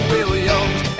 Williams